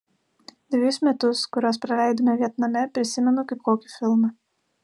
dvejus metus kuriuos praleidome vietname prisimenu kaip kokį filmą